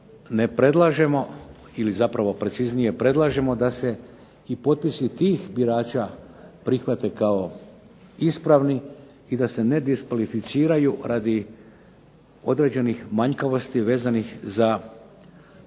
ne predlažemo, ili zapravo preciznije predlažemo da se potpisi tih birača prihvate kao ispravni i da se ne diskvalificiraju radi određenih manjkavosti vezanih za striktno